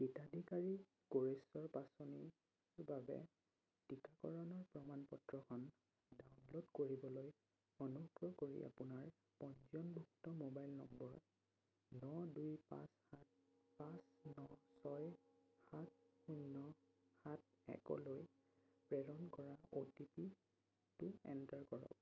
হিতাধিকাৰী কোষেশ্বৰ পাছনিৰ বাবে টীকাকৰণৰ প্ৰমাণপত্ৰখন ডাউনলোড কৰিবলৈ অনুগ্ৰহ কৰি আপোনাৰ পঞ্জীয়নভুক্ত মোবাইল নম্বৰ ন দুই পাঁচ সাত পাঁচ ন ছয় সাত শূন্য সাত একলৈ প্ৰেৰণ কৰা অ' টি পি টো এণ্টাৰ কৰক